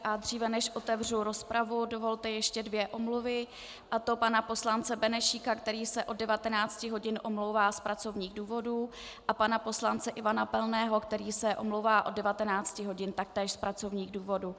A dříve než otevřu rozpravu, dovolte ještě dvě omluvy, a to pana poslance Benešíka, který se od 19 hodin omlouvá z pracovních důvodů, a pana poslance Ivana Pilného, který se omlouvá od 19 hodin taktéž z pracovních důvodů.